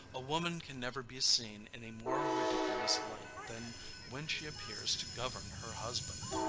a woman can never be seen in a more ridiculous light than when she appears to govern her husband.